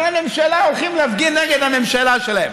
שרי ממשלה הולכים להפגין נגד הממשלה שלהם.